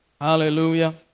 Hallelujah